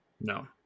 No